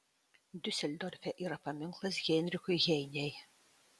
diuseldorfe yra paminklas heinrichui heinei